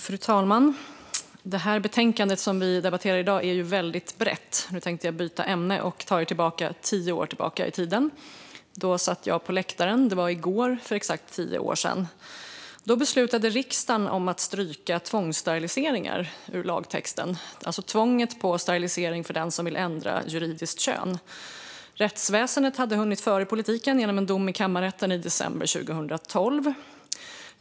Fru talman! Det betänkande vi debatterar i dag är väldigt brett. Nu tänker jag byta ämne och ta er tio år tillbaka i tiden. För exakt tio år sedan i går satt jag på läktaren när riksdagen beslutade att stryka tvångssteriliseringar ur lagtexten, alltså tvånget på sterilisering för den som vill ändra juridiskt kön. Rättsväsendet hade hunnit före politiken genom en dom i kammarrätten i december 2012.